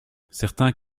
certains